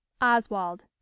Oswald